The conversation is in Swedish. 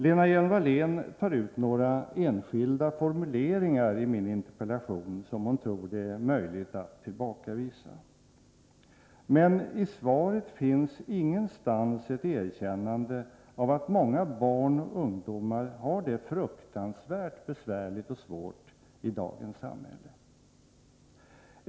Lena Hjelm-Wallén tar ut några enskilda formuleringar i min interpellation, som hon tror att det är möjligt att tillbakavisa. Men i svaret finns ingenstans ett erkännande av att många barn och ungdomar har det fruktansvärt besvärligt och svårt i dagens samhälle.